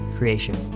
creation